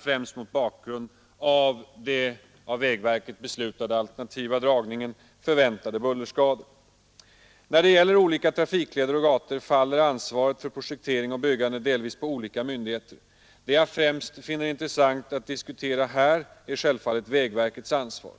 främst mot bakgrund av förväntade bullerskador till följd av den av vägverket beslutade alternativa dragningen. När det gäller olika trafikleder och gator faller ansvaret för projektering och byggande på olika myndigheter. Det jag främst finner intressant att diskutera här är självfallet vägverkets ansvar.